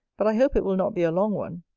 but i hope it will not be a long one.